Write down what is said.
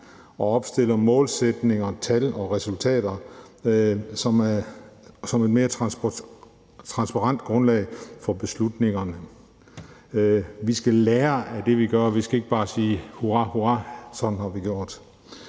og opstille målsætninger, tal og resultater, som giver et mere transparent grundlag for beslutningerne. Vi skal lære af det, vi gør; vi skal ikke bare sige: Hurra, hurra, sådan har vi gjort.